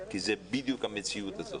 כי זה בדיוק המציאות הזאת,